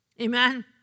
Amen